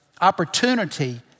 opportunity